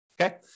okay